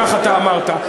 כך אמרת.